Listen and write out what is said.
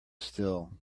still